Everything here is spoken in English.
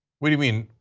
what you mean?